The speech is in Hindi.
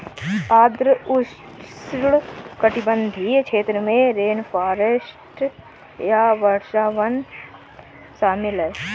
आर्द्र उष्णकटिबंधीय क्षेत्र में रेनफॉरेस्ट या वर्षावन शामिल हैं